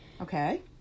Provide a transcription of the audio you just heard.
Okay